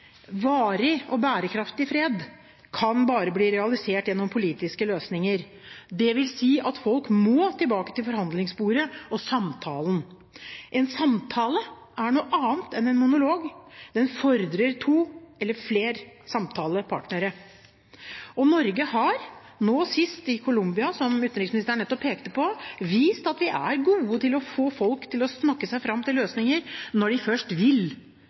Varig og bærekraftig fred kan bare bli realisert gjennom politiske løsninger. Det vil si at folk må tilbake til forhandlingsbordet og samtalen. En samtale er noe annet enn en monolog, den fordrer to eller flere samtalepartnere. Norge har, nå sist i Colombia, som utenriksministeren nettopp pekte på, vist at vi er gode til å få folk til å snakke seg fram til løsninger når de først vil